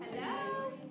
Hello